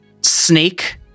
snake